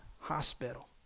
hospital